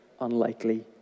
unlikely